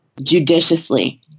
judiciously